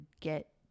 get